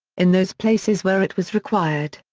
in those places where it was required,